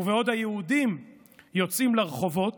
ובעוד היהודים יוצאים לרחובות